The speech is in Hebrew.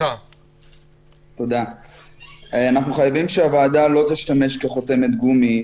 אנחנו חייבים שהוועדה לא תשמש כחותמת גומי.